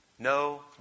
No